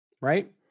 Right